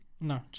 No